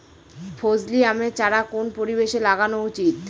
ফজলি আমের চারা কোন পরিবেশে লাগানো উচিৎ?